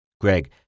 Greg